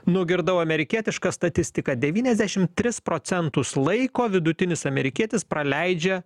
nugirdau amerikietišką statistiką devyniasdešim tris procentus laiko vidutinis amerikietis praleidžia